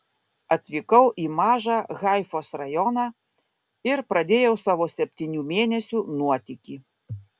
atvykau į mažą haifos rajoną ir pradėjau savo septynių mėnesių nuotykį